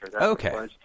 Okay